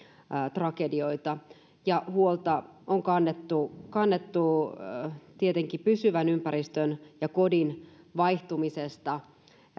tragedioita ja huolta on kannettu kannettu tietenkin pysyvän ympäristön ja kodin vaihtumisesta